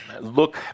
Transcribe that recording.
look